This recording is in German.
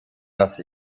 das